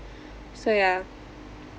so yeah